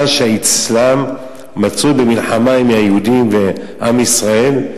שהאסלאם מצוי במלחמה עם היהודים ועם ישראל,